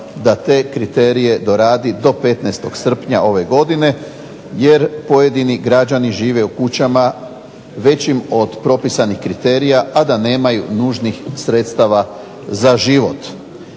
da te kriterije doradi do 15. srpnja ove godine, jer pojedini građani žive u kućama većim od propisanih kriterija, a da nemaju nužnih sredstava za život.